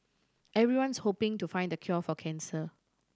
everyone's hoping to find the cure for cancer